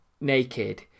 naked